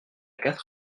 quatre